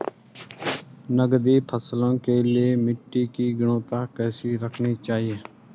नकदी फसलों के लिए मिट्टी की गुणवत्ता कैसी रखनी चाहिए?